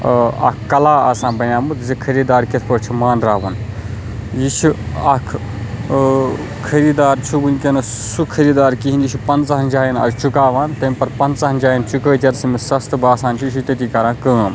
اَکھ کلا آسان بَنیومُت زِ خریٖدار کِتھ پٲٹھۍ چھِ مانٛراوُن یہِ چھُ اَکھ خریٖدار چھُ وٕنۍکٮ۪نَس سُہ خریٖدار کِہیٖنۍ یہِ چھُ پنٛژہَن جایَن آز چُکاوان تمہِ پَتہٕ پنٛٛژہَن جایَن چُکٲیِت یَتٮ۪س أمِس سَستہٕ باسان چھُ یہِ چھِ تٔتی کَران کٲم